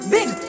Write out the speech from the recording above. Big